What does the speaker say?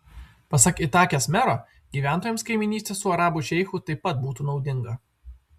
pasak itakės mero gyventojams kaimynystė su arabų šeichu taip pat būtų naudinga